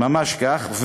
ממש כך.